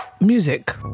music